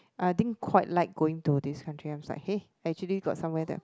I didn't quite like going to this country I'm sorry actually got somewhere that